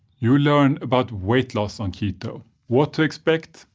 you will learn about weight loss on keto, what to expect,